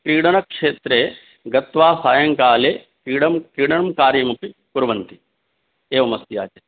क्रीडनक्षेत्रे गत्वा सायङ्काले क्रीडं क्रीडनं कार्यमपि कुर्वन्ति एवमस्ति आचार्य